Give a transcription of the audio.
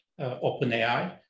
OpenAI